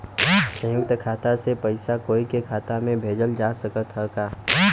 संयुक्त खाता से पयिसा कोई के खाता में भेजल जा सकत ह का?